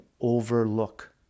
overlook